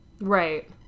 Right